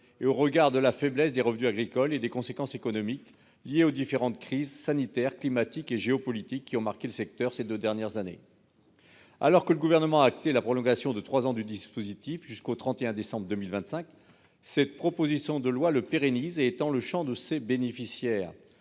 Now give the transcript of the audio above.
saisonniers, de la faiblesse des revenus agricoles et des conséquences économiques liées aux différentes crises- sanitaire, climatique et géopolitique -qui ont marqué le secteur ces deux dernières années. Alors que le Gouvernement a acté la prolongation du dispositif jusqu'au 31 décembre 2025, cette proposition de loi le pérennise et étend le champ de ses bénéficiaires.